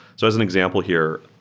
so as an example here,